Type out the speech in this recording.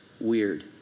Weird